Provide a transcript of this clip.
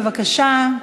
בבקשה.